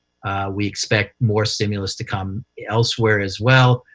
we expect more stimulus to come elsewhere as well,